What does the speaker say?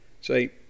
say